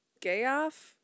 Gayoff